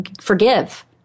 forgive